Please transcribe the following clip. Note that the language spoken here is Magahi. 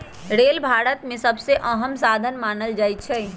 रेल भारत देश में सबसे अहम साधन मानल जाई छई